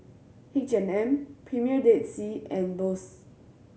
H and M Premier Dead Sea and Bose